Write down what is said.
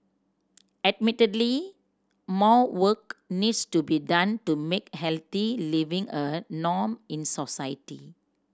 admittedly more work needs to be done to make healthy living a norm in society